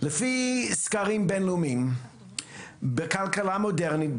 לפי סקרים בינלאומיים בכלכלה מודרנית,